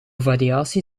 variatie